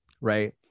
right